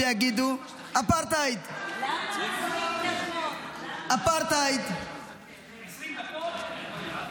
יעלו חברי כנסת ערבים, תכף אני אגיד לך.